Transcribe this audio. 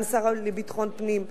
גם השר לביטחון הפנים,